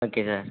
okay sir